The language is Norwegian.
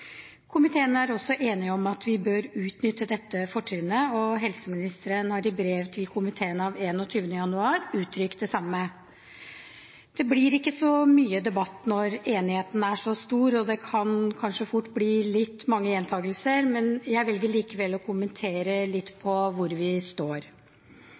Komiteen er også enig om at vi bør utnytte dette fortrinnet, og helseministeren har i brev til komiteen av 21. januar uttrykt det samme. Det blir ikke så mye debatt når enigheten er så stor, og det kan kanskje fort bli litt mange gjentagelser, men jeg velger likevel å kommentere litt på hvor vi står.